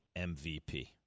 MVP